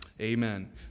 amen